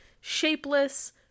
shapeless